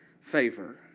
favor